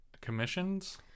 Commissions